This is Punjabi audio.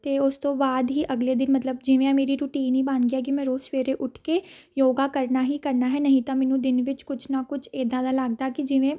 ਅਤੇ ਉਸ ਤੋਂ ਬਾਅਦ ਹੀ ਅਗਲੇ ਦਿਨ ਮਤਲਬ ਜਿਵੇਂ ਮੇਰੀ ਰੁਟੀਨ ਹੀ ਬਣ ਗਿਆ ਕਿ ਮੈਂ ਰੋਜ਼ ਸਵੇਰੇ ਉੱਠ ਕੇ ਯੋਗਾ ਕਰਨਾ ਹੀ ਕਰਨਾ ਹੈ ਨਹੀਂ ਤਾਂ ਮੈਨੂੰ ਦਿਨ ਵਿੱਚ ਕੁਝ ਨਾ ਕੁਝ ਇੱਦਾਂ ਦਾ ਲੱਗਦਾ ਕਿ ਜਿਵੇਂ